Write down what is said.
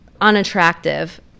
Unattractive